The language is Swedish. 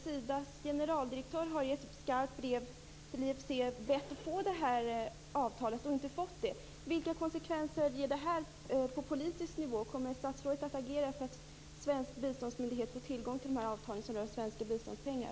Sidas generaldirektör har i ett skarpt formulerat brev till IFC bett att få avtalet, men inte fått det. Vilka blir konsekvenserna av detta på politisk nivå? Kommer statsrådet att agera för att den svenska biståndsmyndigheten får tillgång till avtal som rör svenska biståndspengar?